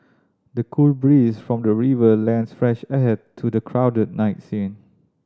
the cool breeze from the river lends fresh air to the crowded night scene